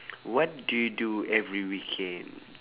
what do you do every weekend